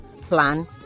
plan